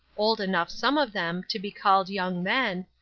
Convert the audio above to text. old enough, some of them, to be called young men,